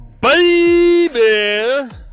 baby